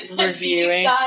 reviewing